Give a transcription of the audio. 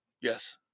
Yes